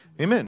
Amen